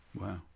Wow